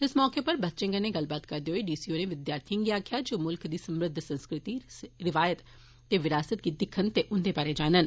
इस मौके उप्पर बच्चें कन्नै गल्ल करदे होई डी सी होरें विद्यार्थिएं गी आक्खेआ जे ओ मुल्ख दी समृद्ध संस्कृति रिवायत ते विरासत गी दिक्खन ते उन्दे बारै जानन